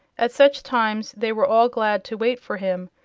at such times they were all glad to wait for him,